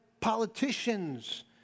politicians